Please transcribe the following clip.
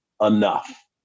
enough